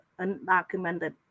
undocumented